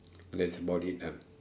that's about it ah